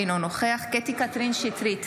אינו נוכח קטי קטרין שטרית,